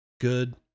good